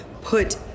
put